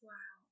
Wow